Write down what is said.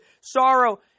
sorrow